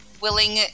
willing